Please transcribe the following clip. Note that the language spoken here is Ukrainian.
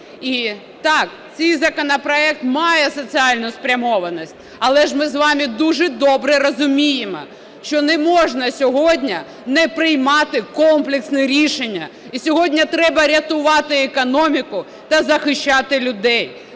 І, так, цей законопроект має соціальну спрямованість, але ж ми з вами дуже добре розуміємо, що не можна сьогодні не приймати комплексне рішення. І сьогодні треба рятувати економіку та захищати людей.